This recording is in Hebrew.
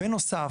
בנוסף,